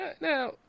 Now